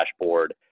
dashboard